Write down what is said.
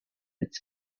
its